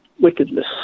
wickedness